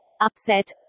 upset